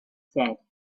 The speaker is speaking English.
said